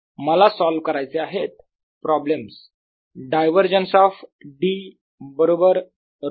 मला सॉल्व करायचे आहेत प्रॉब्लेम्स - डायव्हरजन्स ऑफ D बरोबर ρfree